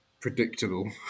predictable